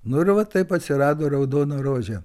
nu ir va taip atsirado raudona rožė